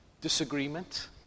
disagreement